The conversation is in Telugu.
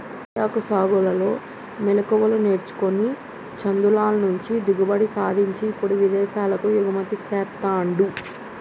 తేయాకు సాగులో మెళుకువలు నేర్చుకొని చందులాల్ మంచి దిగుబడి సాధించి ఇప్పుడు విదేశాలకు ఎగుమతి చెస్తాండు